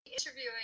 interviewing